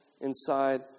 inside